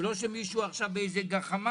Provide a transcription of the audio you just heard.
ולא שמישהו עכשיו יחליט לפי איזו גחמה